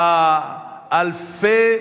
אלא להיפך,